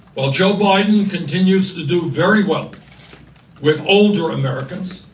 while joe biden continues to do very well with older americans,